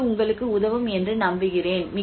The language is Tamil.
இது உங்களுக்கு உதவும் என்று நம்புகிறேன்